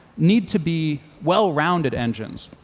need to be well-rounded engines.